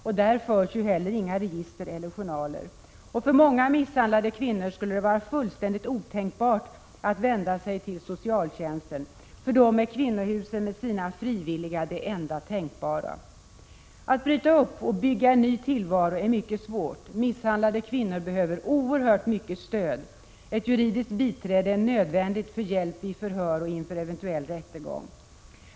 Vidare förs där inga register eller journaler. För många misshandlade kvinnor skulle det vara fullständigt otänkbart att vända sig till socialtjänsten. För dessa kvinnor är kvinnohusen med sina frivilliga hjälpare det enda tänkbara. Att bryta upp och bygga upp en ny tillvaro är mycket svårt. Misshandlade kvinnor behöver oerhört mycket stöd. Ett juridiskt biträde är nödvändigt för hjälp vid förhör och inför en eventuell rättegång.